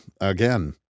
again